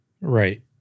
Right